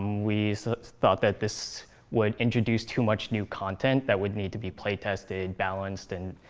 we thought that this would introduce too much new content that would need to be play tested, balanced, and